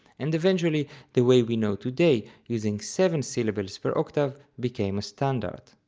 and eventually the way we know today, using seven syllables per octave, became a standard.